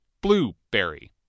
blueberry